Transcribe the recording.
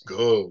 go